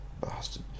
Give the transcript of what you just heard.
Bastard